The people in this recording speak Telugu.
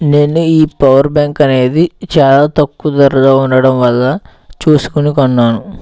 నేను ఈ పవర్ బ్యాంక్ అనేది చాలా తక్కువ ధరలో ఉండడం వల్ల చూస్కొని కొన్నాను